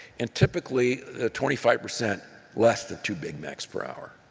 and typically twenty five percent less than two big macs per hour,